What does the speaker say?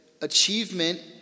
achievement